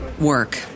work